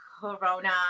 Corona